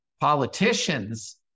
politicians